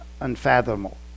unfathomable